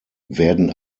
werden